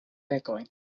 pekoj